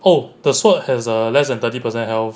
oh the sword has a less than thirty percent health